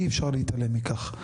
אי אפשר להתעלם מכך.